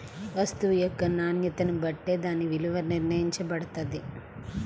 వస్తువు యొక్క నాణ్యతని బట్టే దాని విలువ నిర్ణయించబడతది